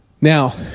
Now